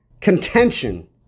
contention